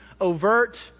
overt